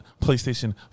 PlayStation